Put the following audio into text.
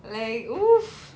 like !oof!